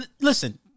Listen